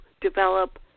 develop